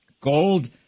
Gold